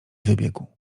wybiegł